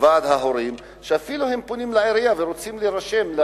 גם כשהם פונים לעירייה ורוצים להירשם,